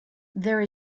there